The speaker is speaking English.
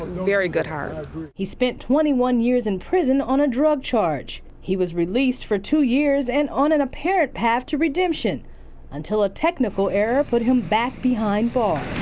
very good heart. reporter he spent twenty one years in prison on a drug charge. he was released for two years and on an apparent path to redemption until a technical error put him back behind bars.